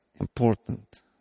important